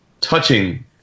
touching